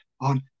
on